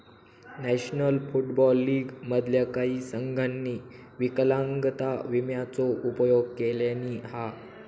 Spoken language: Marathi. नॅशनल फुटबॉल लीग मधल्या काही संघांनी विकलांगता विम्याचो उपयोग केल्यानी हा